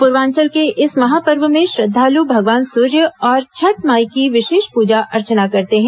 पूर्वांचल के इस महापर्व में श्रद्वालु भगवान सूर्य और छठी माई की विशेष पूजा अर्चना करते हैं